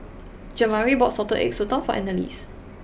Jamari bought Salted Egg Sotong for Annalise